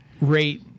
rate